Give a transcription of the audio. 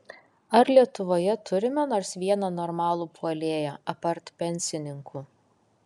ar lietuvoje turime nors vieną normalų puolėją apart pensininkų